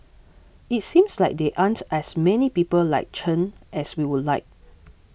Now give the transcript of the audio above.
it seems like there aren't as many people like Chen as we would like